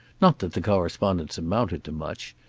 not that the correspondence amounted to much.